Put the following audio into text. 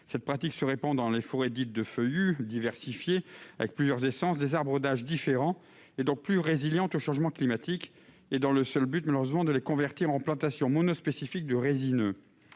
Cette pratique se répand dans les forêts dites de « feuillus », diversifiées, avec plusieurs essences et des âges d'arbre différents, et donc plus résilientes au changement climatique, malheureusement dans le seul but de les convertir en plantations monospécifiques de résineux.